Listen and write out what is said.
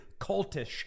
cultish